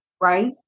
right